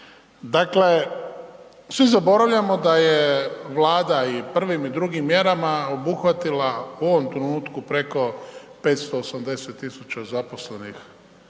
Dakle, svi zaboravljamo da Vlada prvim i drugim mjerama obuhvatila u ovom trenutku preko 580.000 zaposlenih